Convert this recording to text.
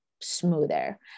smoother